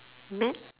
mad